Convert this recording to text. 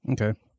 okay